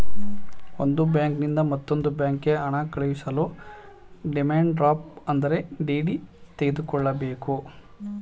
ಒಂದು ಬ್ಯಾಂಕಿನಿಂದ ಮತ್ತೊಂದು ಬ್ಯಾಂಕಿಗೆ ಹಣ ಕಳಿಸಲು ಡಿಮ್ಯಾಂಡ್ ಡ್ರಾಫ್ಟ್ ಅಂದರೆ ಡಿ.ಡಿ ತೆಗೆದುಕೊಳ್ಳಬೇಕು